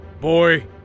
Boy